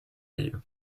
ello